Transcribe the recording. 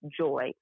joy